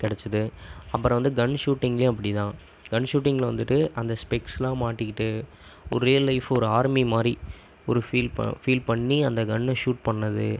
கிடச்சிது அப்புறம் வந்து கன் ஷூட்டிங்குலேயும் அப்படி தான் கன் ஷூட்டிங்கில் வந்துகிட்டு அந்த ஸ்பெக்ஸ்லாம் மாட்டிக்கிட்டு ஒரு ரியல் லைஃப் ஒரு ஆர்மி மாதிரி ஒரு ஃபீல் பண்ண ஃபீல் பண்ணி அந்த கன்னை ஷூட் பண்ணது